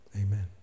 Amen